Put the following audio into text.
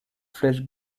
flèche